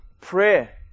Prayer